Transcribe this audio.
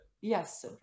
Yes